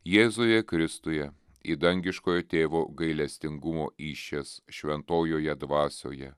jėzuje kristuje į dangiškojo tėvo gailestingumo įsčias šventojoje dvasioje